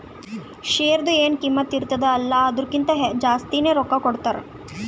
ಶೇರ್ದು ಎನ್ ಕಿಮ್ಮತ್ ಇರ್ತುದ ಅಲ್ಲಾ ಅದುರ್ಕಿಂತಾ ಜಾಸ್ತಿನೆ ರೊಕ್ಕಾ ಕೊಡ್ತಾರ್